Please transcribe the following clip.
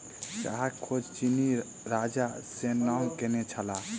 चाहक खोज चीनी राजा शेन्नॉन्ग केने छलाह